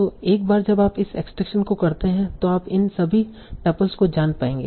तो एक बार जब आप इस एक्सट्रैक्शन को करते हैं तो आप इन सभी टपल्स को जान पाएंगे